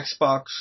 Xbox